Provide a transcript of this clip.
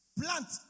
plant